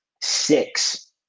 six